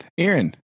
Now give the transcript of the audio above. Aaron